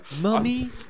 Mummy